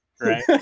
Right